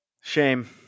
Shame